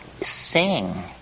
sing